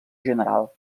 general